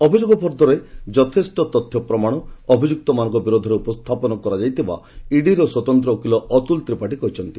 ଅଭିଯୋଗ ଫର୍ଦ୍ଦରେ ଯଥେଷ୍ଟ ତଥ୍ୟ ପ୍ରମାଣ ଅଭିଯୁକ୍ତମାନଙ୍କ ବିରୋଧରେ ଉପସ୍ଥାପନ କରାଯାଇଥିବା ଇଡିର ସ୍ୱତନ୍ତ୍ର ଓକିଲ ଅତୁଲ ତ୍ରିପାଠୀ କହିଛନ୍ତି